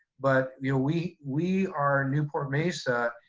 but you know we we are newport-mesa,